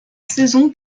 saison